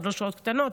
עוד לא שעות קטנות,